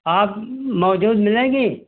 आप मौजूद मिलेंगी